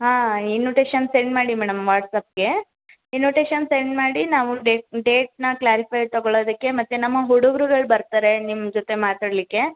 ಹಾಂ invitation send ಮಾಡಿ madam ವಾಟ್ಸ್ಆ್ಯಪ್ಗೆ ಇನ್ವಿಟೇಶನ್ ಸೆಂಡ್ ಮಾಡಿ ನಾವು ಡೇಟ್ ಡೇಟ್ನ ಕ್ಲಾರಿಫೈ ತೊಗೊಳೋದಕ್ಕೆ ಮತ್ತು ನಮ್ಮ ಹುಡುಗ್ರುಗಳು ಬರ್ತಾರೆ ನಿಮ್ಮ ಜೊತೆ ಮಾತಾಡಲಿಕ್ಕೆ